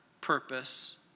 purpose